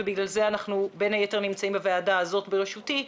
ובגלל זה אנחנו בין היתר נמצאים בוועדה הזאת בראשותי,